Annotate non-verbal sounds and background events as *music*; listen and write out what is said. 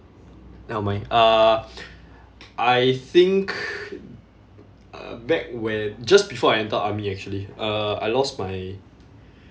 never mind uh *breath* I think uh back when just before I entered army actually uh I lost my *breath*